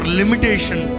limitation